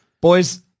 Boys